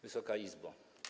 Wysoka Izbo!